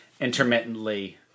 intermittently